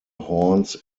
horns